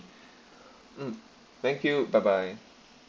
mm thank you bye bye